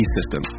System